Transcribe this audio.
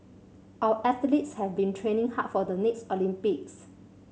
our athletes have been training hard for the next Olympics